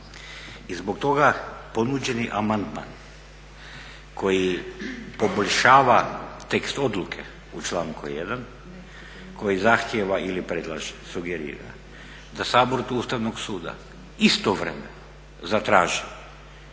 I zbog toga ponuđeni amandman koji poboljšava tekst odluke u članku 1.koji zahtjeva ili predlaže, sugerira, da Sabor od Ustavnog suda istovremeno zatraži